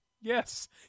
Yes